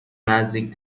نزدیک